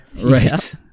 right